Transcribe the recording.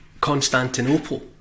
Constantinople